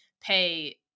pay